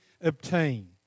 obtain